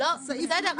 הסעיף --- בסדר,